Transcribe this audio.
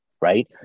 Right